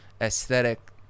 aesthetic